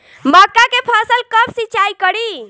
मका के फ़सल कब सिंचाई करी?